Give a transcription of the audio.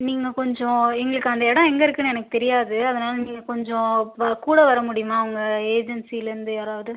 நீங்கள் கொஞ்சம் எங்களுக்கு அந்த இடம் எங்கே இருக்குன்னு எனக்கு தெரியாது அதனால் நீங்கள் கொஞ்சம் கூட வர முடியுமா உங்கள் ஏஜென்சிலேந்து யாராவது